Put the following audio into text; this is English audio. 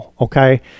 okay